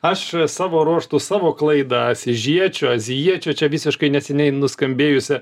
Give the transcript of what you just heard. aš savo ruožtu savo klaidą asyžiečio azijiečio čia visiškai neseniai nuskambėjusią